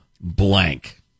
blank